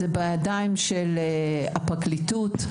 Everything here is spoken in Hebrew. זה בידיים של הפרקליטות.